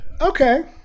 Okay